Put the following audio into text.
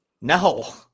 No